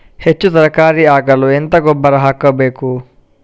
ಹೆಚ್ಚು ತರಕಾರಿ ಆಗಲು ಎಂತ ಗೊಬ್ಬರ ಹಾಕಬೇಕು?